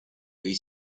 dei